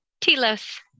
Telos